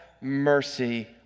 mercy